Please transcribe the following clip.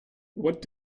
what